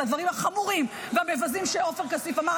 הדברים החמורים והמבזים שעופר כסיף אמר,